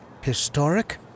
Historic